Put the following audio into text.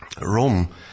Rome